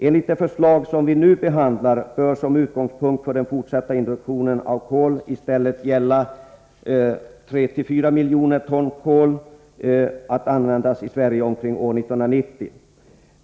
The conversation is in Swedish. Enligt det förslag som vi nu behandlar bör som utgångspunkt för den fortsatta introduktionen av koli stället gälla att 3-4 miljoner ton kol används i Sverige omkring år 1990.